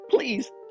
Please